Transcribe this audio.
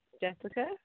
Jessica